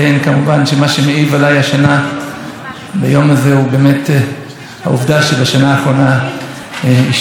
הזה הוא באמת העובדה שבשנה האחרונה אשתי החזירה את נשמתה לבוראה,